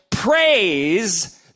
Praise